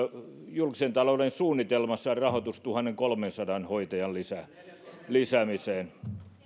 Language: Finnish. julkisen talouden suunnitelmassa rahoitus tuhannenkolmensadan hoitajan lisäämiseen